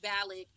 valid